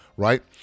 Right